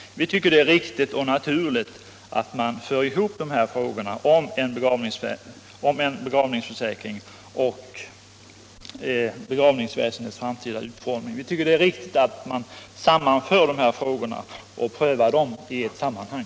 Vi tycker att det är riktigt och naturligt att föra samman frågorna om en begravningsförsäkring och om begravningsväsendets framtida utformning och att pröva dem i ett sammanhang.